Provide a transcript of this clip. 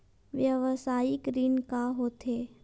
व्यवसायिक ऋण का होथे?